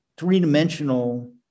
three-dimensional